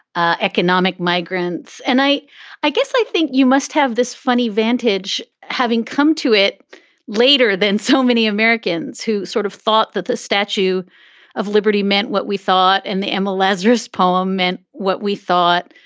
ah economic migrants. and i i guess i think you must have this funny vantage, having come to it later than so many americans who sort of thought that the statue of liberty meant what we thought and the emma lazarus poem meant what we thought.